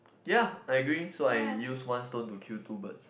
ya I agree so I use one stone to kill two birds